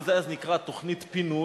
וזה נקרא אז תוכנית פינוי.